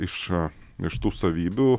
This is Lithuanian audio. iš iš tų savybių